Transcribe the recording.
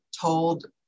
told